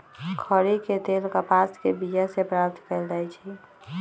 खरि के तेल कपास के बिया से प्राप्त कएल जाइ छइ